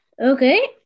Okay